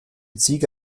ziege